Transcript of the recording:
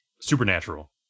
Supernatural